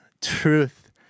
truth